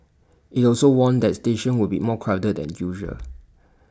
IT also warned that stations would be more crowded than usual